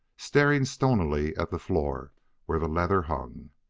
staring stonily at the floor where the leather hung.